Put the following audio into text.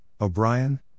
O'Brien